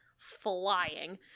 flying